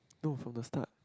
no from the start